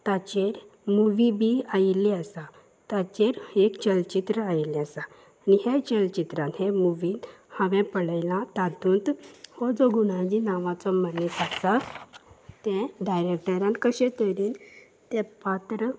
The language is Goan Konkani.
ताचेर मुवी बी आयिल्ली आसा ताचेर एक चलचित्र आयिल्लें आसा आनी हे चलचित्रान हे मुवीन हांवें पळयलां तातूंत हो जो गुणाजी नांवाचो मनीस आसा तें डायरेक्टरान कशे तरेन तें पात्र